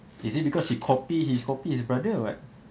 is it because he copy he copy his brother [what]